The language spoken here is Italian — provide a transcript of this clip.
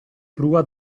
prua